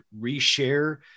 reshare